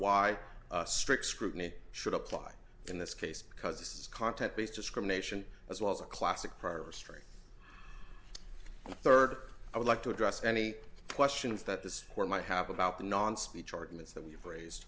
why strict scrutiny should apply in this case because this is content based discrimination as well as a classic prior restraint and third i would like to address any questions that this court might have about the non speech arguments that we've raised